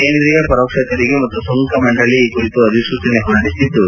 ಕೇಂದ್ರೀಯ ಪರೋಕ್ಷ ತೆರಿಗೆ ಮತ್ತು ಸುಂಕ ಮಂಡಳಿ ಈ ಕುರಿತು ಅಧಿಸೂಚನೆ ಹೊರಡಿಸಿದ್ಲು